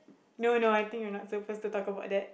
no no no I think we are not supposed to talk about that